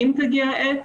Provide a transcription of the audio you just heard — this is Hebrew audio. אם תגיע העת,